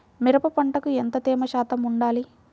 మిరప పంటకు ఎంత తేమ శాతం వుండాలి?